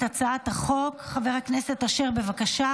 התשפ"ד 2024, אושרה